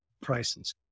prices